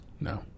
No